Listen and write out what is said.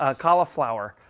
ah cauliflower.